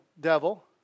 devil